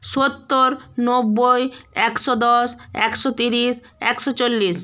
সত্তর নব্বই একশো দশ একশো তিরিশ একশো চল্লিশ